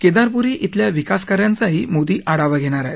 केदारपुरी बेल्या विकास कार्यांचाही मोदी आढावा घेणार आहेत